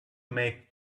make